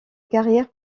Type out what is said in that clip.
carrière